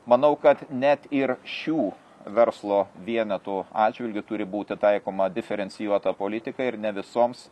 manau kad net ir šių verslo vienetų atžvilgiu turi būti taikoma diferencijuota politika ir ne visoms